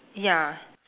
ya